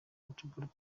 football